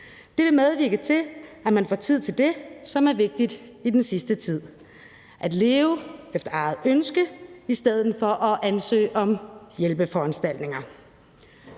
Det vil medvirke til, at man får tid til det, som er vigtigt i den sidste tid – at leve efter eget ønske i stedet for at ansøge om hjælpeforanstaltninger.